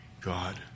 God